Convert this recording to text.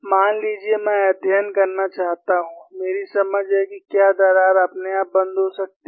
मान लीजिए मैं अध्ययन करना चाहता हूं मेरी समझ है कि क्या दरार अपने आप बंद हो सकती है